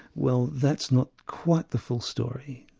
well that's not quite the full story,